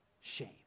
shame